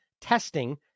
testing